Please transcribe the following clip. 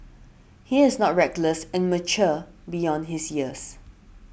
he is not reckless and mature beyond his years